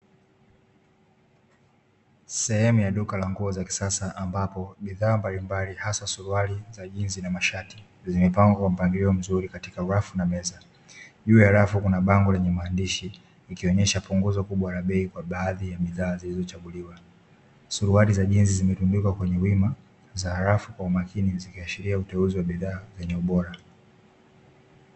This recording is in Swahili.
Sehemu ya duka la nguo za kisasa, ambapo bidhaa mbalimbali, hasa suruali za jinzi na mashati, zimepangwa kwa mpangilio mzuri katika rafu na meza. Juu ya rafu kuna bango lenye maandishi, ikionyesha punguzo kubwa la bei kwa baadhi ya bidhaa zilizochaguliwa. Suruali za jinzi zimegunduliwa kwenye wima kwa umakini, zingeashiria uteuzi wa bidhaa zenye ubora.